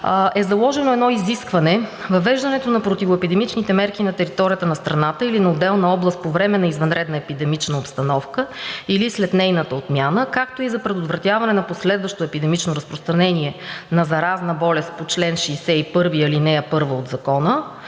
е заложено едно изискване – въвеждането на противоепидемичните мерки на територията на страната или на отделна област по време на извънредна епидемична обстановка или след нейната отмяна, както и за предотвратяване на последващо епидемично разпространение на заразна болест по чл. 61, ал. 1 от Закона,